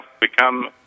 become